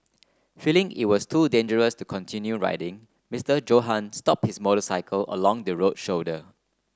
feeling it was too dangerous to continue riding Mister Johann stop his motorcycle along the road shoulder